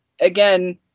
again